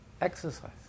exercise